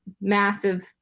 massive